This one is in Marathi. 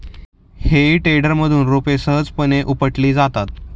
हेई टेडरमधून रोपे सहजपणे उपटली जातात